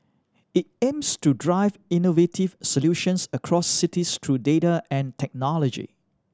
it aims to drive innovative solutions across cities through data and technology